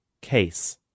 Case